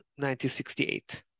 1968